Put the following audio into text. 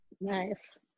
Nice